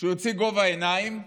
שיצא לגובה העיניים ויגיד: